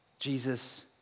Jesus